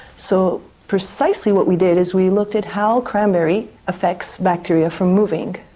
so precisely what we did is we looked at how cranberry affects bacteria from moving.